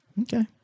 Okay